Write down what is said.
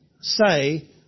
say